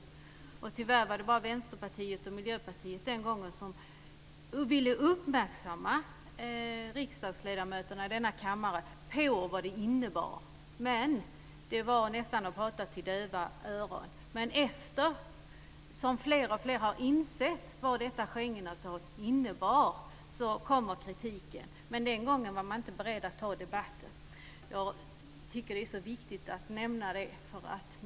Tyvärr var det den gången bara Vänsterpartiet och Miljöpartiet som ville uppmärksamma ledamöterna i denna kammare på vad detta innebar. Det var nästan som att prata för döva öron. Men allteftersom fler och fler har insett vad detta Schengenavtal innebar har kritiken kommit. Den gången var man dock inte beredd att ta debatten. Jag tycker att det är viktigt att nämna det.